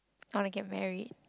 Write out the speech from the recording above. I wanna get married